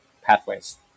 pathways